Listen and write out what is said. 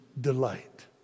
delight